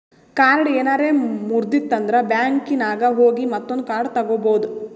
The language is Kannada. ಕಾರ್ಡ್ ಏನಾರೆ ಮುರ್ದಿತ್ತಂದ್ರ ಬ್ಯಾಂಕಿನಾಗ್ ಹೋಗಿ ಮತ್ತೊಂದು ಕಾರ್ಡ್ ತಗೋಬೋದ್